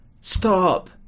Stop